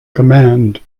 command